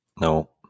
No